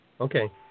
Okay